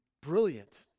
brilliant